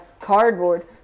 cardboard